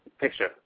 picture